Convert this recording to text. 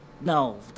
No